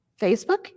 Facebook